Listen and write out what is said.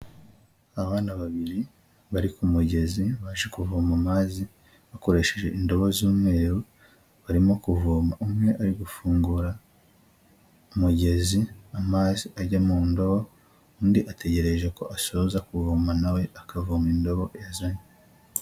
Abana babiri bari ku mugezi baje kuvoma amazi bakoresheje indobo z'umweru, barimo kuvoma umwe ari gufungura umugezi amazi ajya mu ndobo undi ategereje ko asoza kuvoma na we akavoma indobo yazanye.